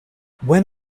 when